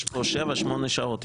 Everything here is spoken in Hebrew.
יש שבע-שמונה שעות,